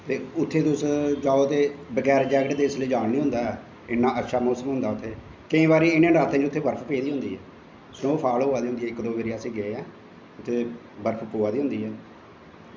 ते उत्थें तुस जाओ ते बगैर जैकेट दे जान नी होंदा ऐ इन्ना अच्छा मौसम होंदा ऐ उत्थै केई बारी इनें नराते च बर्फ पेदी होंदी ऐ उत्थै स्नो फाल होआ दी होंदी ऐ इक दो बार अस गे आं ते बर्फ पवा दी होंदी ऐ